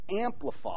amplify